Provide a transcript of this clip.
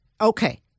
okay